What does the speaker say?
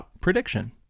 Prediction